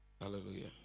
Hallelujah